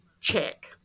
Check